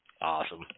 Awesome